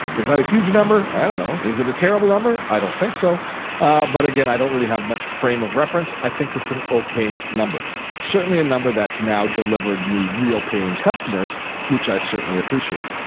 is that a huge number? i don't know. is it a terrible number? i don't think so but again i don't really have much frame of reference. i think it's an okay number. it's certainly a number that's now delivering me real paying customers which i certainly appreciate.